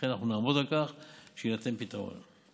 לכן נעמוד על כך שיינתן פתרון.